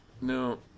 No